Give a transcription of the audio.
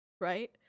right